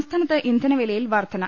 സംസ്ഥാനത്ത് ഇന്ധന വിലയിൽ വർധന